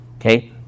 Okay